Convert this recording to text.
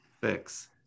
fix